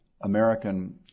American